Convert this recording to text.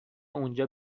اونجا